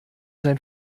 sein